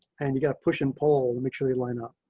and you got to push and pull, and make sure they line up.